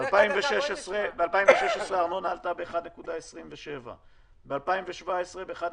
ב-2016 הארנונה עלתה ב-1.27%, ב-2017 ב-1.77%,